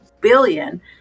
billion